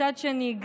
מצד שני,